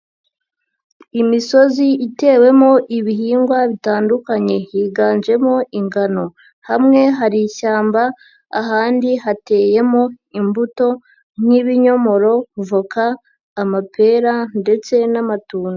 Imisozi itewemo ibihingwa bitandukanye higanjemo ingano, hamwe hari ishyamba ahandi hateyemo imbuto nk'ibinyomoro, voka, amapera ndetse n'amatunda.